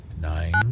nine